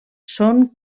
són